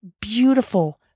beautiful